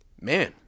man